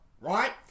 right